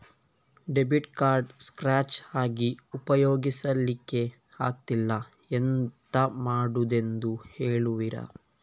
Debit card scratch ಆಗಿ ಉಪಯೋಗಿಸಲ್ಲಿಕ್ಕೆ ಆಗ್ತಿಲ್ಲ, ಎಂತ ಮಾಡುದೆಂದು ಹೇಳುವಿರಾ?